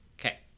Okay